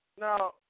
now